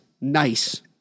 Nice